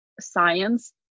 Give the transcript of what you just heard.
science